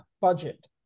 budget